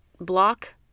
block